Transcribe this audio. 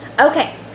Okay